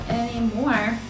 anymore